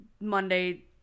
Monday